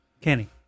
Kenny